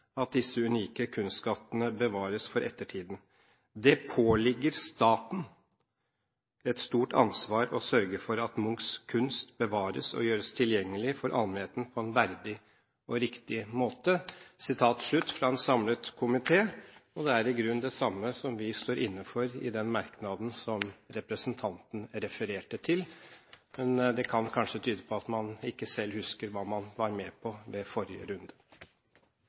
at disse unike kunstskattene bevares for ettertiden. Det påligger staten et stort ansvar å sørge for at Munchs kunst bevares og gjøres tilgjengelig for allmennheten på en verdig og riktig måte.» Det sa en samlet komité. Det er i grunnen det samme vi står inne for i den merknaden som representanten refererte til. Det kan kanskje tyde på at man ikke selv husker hva man var med på i forrige runde.